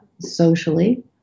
socially